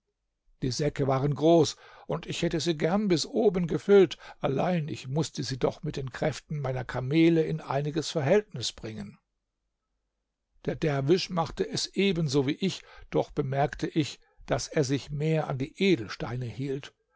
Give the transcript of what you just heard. die säcke waren groß und ich hätte sie gern bis oben gefüllt allein ich mußte sie doch mit den kräften meiner kamele in einiges verhältnis bringen der derwisch machte es ebenso wie ich doch bemerkte ich daß er sich mehr an die edelsteine hielt